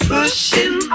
Pushing